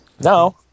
No